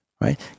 right